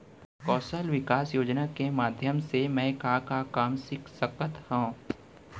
कौशल विकास योजना के माधयम से मैं का का काम सीख सकत हव?